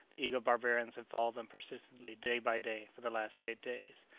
the eager barbarians had followed them persistently day by day for the last eight days.